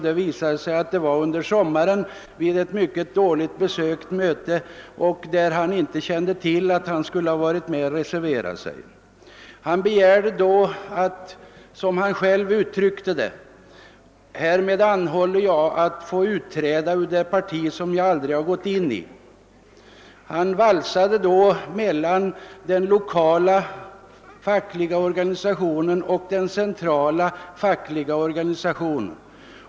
Det visade sig att han blivit ansluten under sommaren vid ett mycket dåligt besökt möte, och han kände inte till att han skulle ha varit med där för att reservera sig. Han begärde utträde och uttryckte det på följande sätt: »Härmed anhåller jag att få utträda ur det parti som jag aldrig har gått in i.» Hans ärende valsade sedan mellan den lokala fackliga organisationen och den centrala fackliga organisationen.